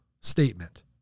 statement